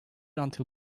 until